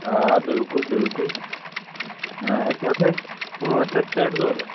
آ بِلکُل بِلکُل اَسہِ حظ چھِ اَتہِ پانٛژھ ہَتھ سیٹ ضروٗرت